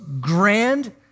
grand